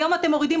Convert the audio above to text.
אני לא נבהל מכלום.